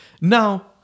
Now